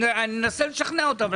אני מנסה לשכנע אותם,